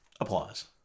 Applause